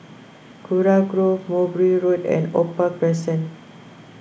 Kurau Grove Mowbray Road and Opal Crescent